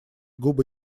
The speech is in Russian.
губы